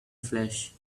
flash